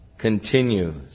Continues